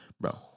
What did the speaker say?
bro